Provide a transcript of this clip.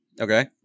Okay